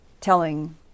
telling